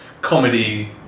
comedy